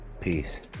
Peace